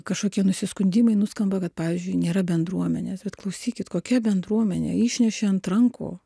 kažkokie nusiskundimai nuskamba kad pavyzdžiui nėra bendruomenės bet klausykit kokia bendruomenė išnešė ant rankų